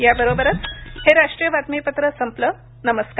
याबरोबरच हे राष्ट्रीय बातमीपत्र संपलं नमस्कार